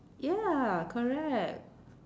ya correct